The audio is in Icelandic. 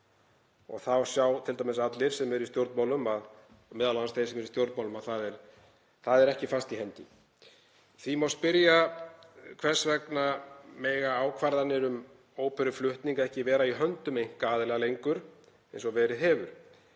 Það sjá allir, m.a. þeir sem eru í stjórnmálum, að það er ekki fast í hendi. Því má spyrja: Hvers vegna mega ákvarðanir um óperuflutning ekki vera í höndum einkaaðila lengur eins og verið hefur?